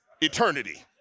eternity